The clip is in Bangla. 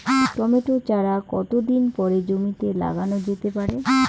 টমেটো চারা কতো দিন পরে জমিতে লাগানো যেতে পারে?